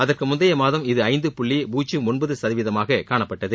அதற்கு முந்தைய மாதம் இது ஐந்து புள்ளி பூஜ்யம் ஒன்பது சதவீதமாக காணப்பட்டது